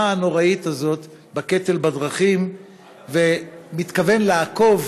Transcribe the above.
בקטל הנורא הזה בדרכים ומתכוון לעקוב